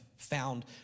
Found